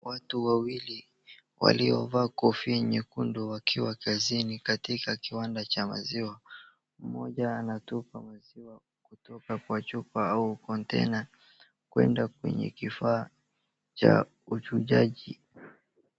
Watu wawili waliovaa kofia nyekundu wakiwa kazini katika kiwanda cha maziwa. Mmoja anatupa maziwa kutoka kwa chupa au container kuenda kwenye kifaa cha uchujaji.